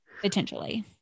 Potentially